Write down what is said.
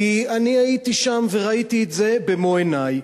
כי אני הייתי שם וראיתי את זה במו-עיני,